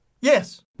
Yes